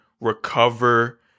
recover